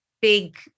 big